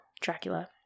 dracula